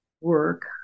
work